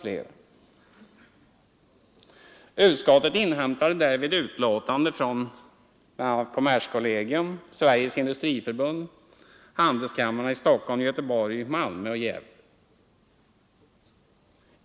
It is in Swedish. Bankoutskottet inhämtade vid sin behandling utlåtande från kommerskollegium, Sveriges Industriförbund och handelskamrarna i Stockholm, Göteborg, Malmö och Gävle.